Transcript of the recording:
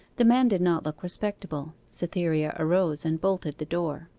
the man did not look respectable cytherea arose and bolted the door.